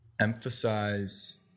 Emphasize